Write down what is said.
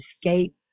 escape